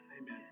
Amen